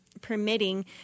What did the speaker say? permitting